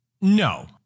No